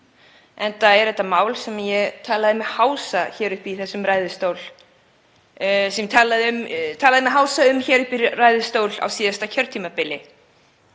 enda er þetta mál sem ég talaði mig hása um í þessum ræðustól á síðasta kjörtímabili.